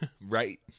Right